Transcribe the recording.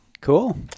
Cool